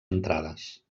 entrades